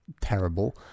terrible